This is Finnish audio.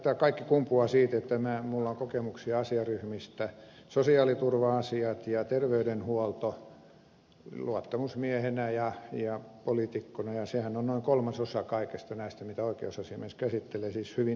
tämä kaikki kumpuaa siitä että minulla on kokemuksia asiaryhmistä sosiaaliturva asiat ja terveydenhuolto luottamusmiehenä ja poliitikkona ja nehän ovat noin kolmasosa kaikista näistä asioista mitä oikeusasiamies käsittelee siis hyvin huomattava osuus